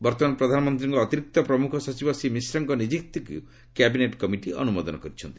ବର୍ତ୍ତମାନ ପ୍ରଧାନମନ୍ତ୍ରୀଙ୍କ ଅତିରିକ୍ତ ପ୍ରମୁଖ ସଚିବ ଶ୍ରୀ ମିଶ୍ରଙ୍କ ନିଯୁକ୍ତିକୁ କ୍ୟାମିନେଟ୍ କମିଟି ଅନୁମୋଦନ କରିଛନ୍ତି